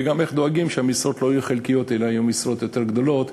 וגם איך דואגים שהמשרות לא יהיו חלקיות אלא המשרות יהיו יותר גדולות.